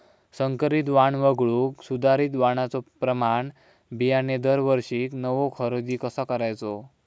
संकरित वाण वगळुक सुधारित वाणाचो प्रमाण बियाणे दरवर्षीक नवो खरेदी कसा करायचो?